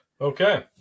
okay